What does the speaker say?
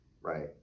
right